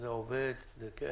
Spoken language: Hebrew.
זה עובד, גם